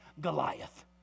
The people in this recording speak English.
Goliath